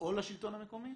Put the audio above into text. או לשלטון המקומי